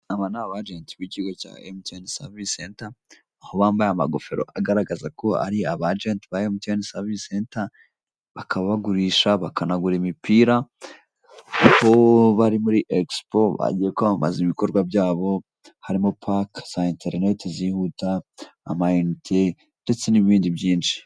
Aba ni abajenti b'ikigo cya emutiyeni savisi senta aho bambaye amagofero agaragaza ko ari abajenti ba emutiyeni savisi senta, bakaba bagurisha bakanagura imipira aho bari muri egisipo bagiye kwamamaza ibikorwa byabo harimo pake za interinete zihuta, amayinite ndetse n'ibindi byinshi.